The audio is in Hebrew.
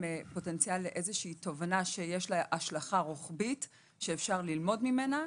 פוטנציאל להשלכה רוחבית שאפשר ללמוד מהם.